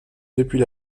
depuis